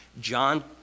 john